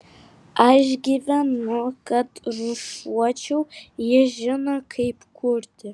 aš gyvenu kad rūšiuočiau jis žino kaip kurti